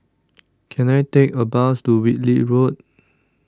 Can I Take A Bus to Whitley Road